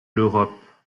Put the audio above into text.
l’europe